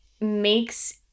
makes